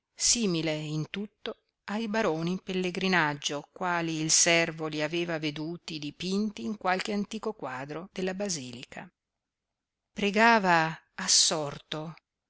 simile in tutto ai baroni in pellegrinaggio quali il servo li aveva veduti dipinti in qualche antico quadro della basilica pregava assorto